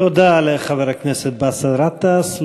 תודה רבה לחבר הכנסת באסל גטאס.